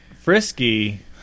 frisky